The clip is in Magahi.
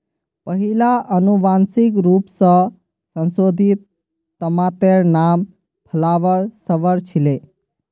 पहिला अनुवांशिक रूप स संशोधित तमातेर नाम फ्लावर सवर छीले